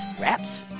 wraps